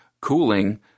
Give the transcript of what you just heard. cooling